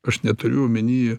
aš neturiu omeny